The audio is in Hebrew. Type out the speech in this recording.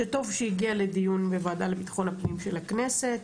שטוב שהגיע לדיון בוועדה לביטחון הפנים של הכנסת.